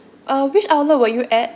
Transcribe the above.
uh which outlet were you at